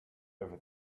over